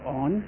on